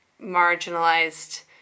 marginalized